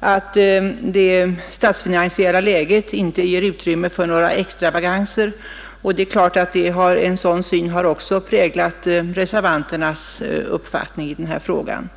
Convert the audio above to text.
att det statsfinansiella läget inte ger utrymme för några extravaganser, och det är klart att en sådan syn också har präglat reservanternas uppfattning i den här frågan.